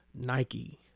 Nike